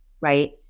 right